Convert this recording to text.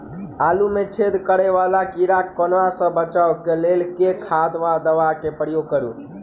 आलु मे छेद करा वला कीड़ा कन्वा सँ बचाब केँ लेल केँ खाद वा दवा केँ प्रयोग करू?